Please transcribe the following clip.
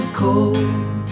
cold